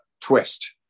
twist